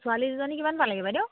ছোৱালী দুজনী কিমান পালেগৈ বাইদেউ